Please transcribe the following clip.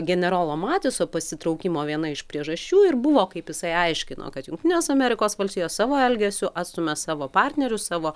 generolo matiso pasitraukimo viena iš priežasčių ir buvo kaip jisai aiškino kad jungtinės amerikos valstijos savo elgesiu atstumia savo partnerius savo